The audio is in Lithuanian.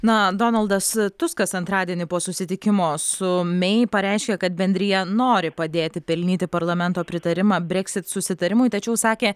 na donaldas tuskas antradienį po susitikimo su mei pareiškė kad bendrija nori padėti pelnyti parlamento pritarimą breksit susitarimui tačiau sakė